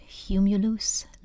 Humulus